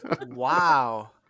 Wow